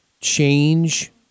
change